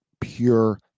pure